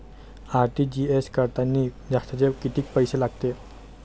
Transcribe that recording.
RTGS करतांनी जास्तचे कितीक पैसे लागते?